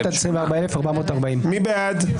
1,223 מי בעד?